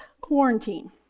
quarantine